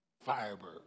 Firebird